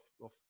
off